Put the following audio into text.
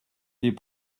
des